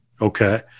Okay